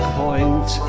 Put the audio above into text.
point